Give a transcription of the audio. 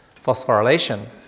phosphorylation